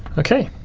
okay!